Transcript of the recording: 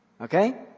Okay